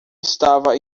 estava